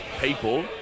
people